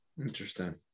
interesting